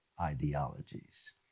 ideologies